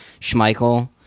Schmeichel